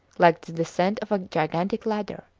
like the descent of a gigantic ladder.